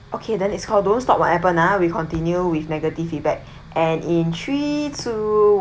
okay then is called don't stop whatever now we continue with negative feedback and in three two